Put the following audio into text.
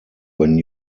when